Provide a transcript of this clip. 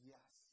Yes